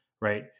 right